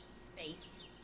space